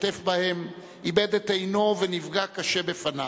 איבד את עינו ונפגע קשה בפניו.